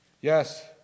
Yes